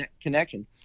connection